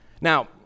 Now